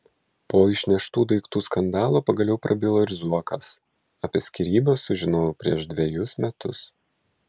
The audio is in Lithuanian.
po išneštų daiktų skandalo pagaliau prabilo ir zuokas apie skyrybas sužinojau prieš dvejus metus